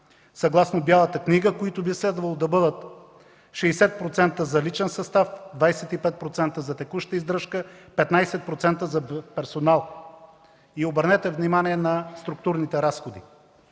съгласно Бялата книга, които би следвало да бъдат 60% за личен състав, 25% за текуща издръжка, 15% за персонал. Обърнете внимание на структурните разходи: